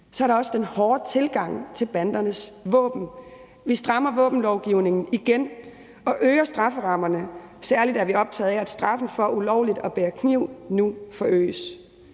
Så er der også den hårde tilgang til bandernes våben. Vi strammer våbenlovgivningen igen og øger strafferammerne – særlig er vi optaget af, at straffen for ulovligt at bære kniv nu forøges.